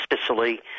sicily